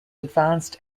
advanced